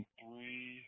three